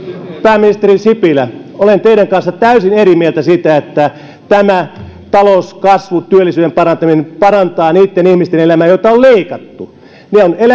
pääministeri sipilä olen teidän kanssanne täysin eri mieltä siitä että tämä talouskasvu ja työllisyyden parantaminen parantavat niitten ihmisten elämää joilta on leikattu ne ovat